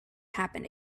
happen